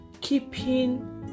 keeping